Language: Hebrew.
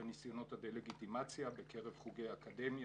בניסיונות הדה-לגיטימציה בקרב חוגי האקדמיה,